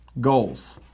goals